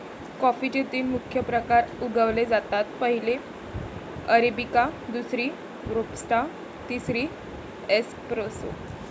कॉफीचे तीन मुख्य प्रकार उगवले जातात, पहिली अरेबिका, दुसरी रोबस्टा, तिसरी एस्प्रेसो